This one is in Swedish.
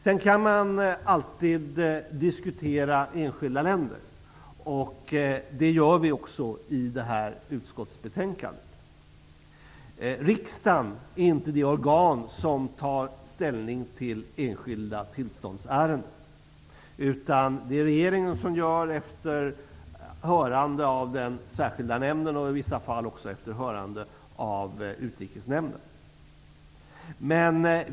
Sedan kan man alltid diskutera enskilda länder. Det gör vi också i detta utskottsbetänkande. Riksdagen är inte det organ som tar ställning till enskilda tillståndsärenden. Det är regeringen som gör det, efter hörande av den särskilda nämnden och i vissa fall också av utrikesnämnden.